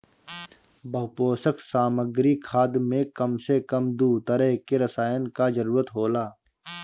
बहुपोषक सामग्री खाद में कम से कम दू तरह के रसायन कअ जरूरत होला